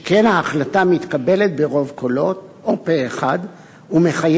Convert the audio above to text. שכן ההחלטה מתקבלת ברוב קולות או פה אחד ומחייבת,